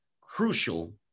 crucial